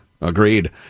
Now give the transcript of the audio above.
Agreed